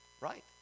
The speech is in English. right